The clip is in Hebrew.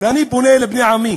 ואני פונה לבני עמי